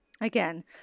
again